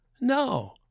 No